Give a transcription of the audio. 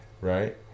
right